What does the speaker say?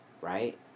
right